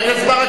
חבר הכנסת ברכה,